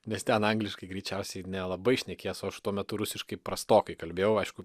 nes ten angliškai greičiausiai nelabai šnekės o aš tuo metu rusiškai prastokai kalbėjau aišku